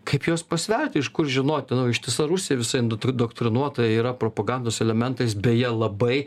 kaip juos pasverti iš kur žinoti nu ištisa rusija visa indoktrinuota yra propagandos elementais beje labai